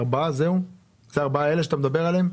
ה-4 האלה שאתה מדבר עליהם?